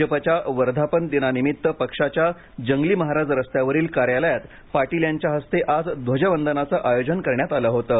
भाजपच्या वर्धापन दिनानिमित्त पक्षाच्या जंगली महाराज रस्त्यावरील कार्यालयात पाटीलयांच्या हस्ते आज ध्वजवंदनाचं आयोजन करण्यात आलं होतं